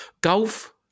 golf